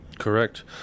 Correct